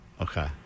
Okay